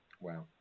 Wow